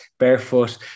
barefoot